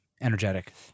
energetic